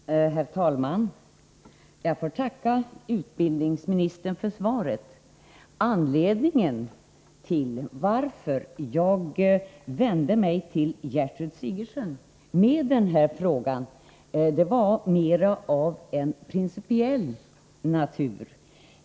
Herr talman! Jag vill tacka utbildningsmininstern för svaret. Jag vände mig till Gertrud Sigurdsen med den här frågan av principiella skäl.